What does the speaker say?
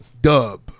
Dub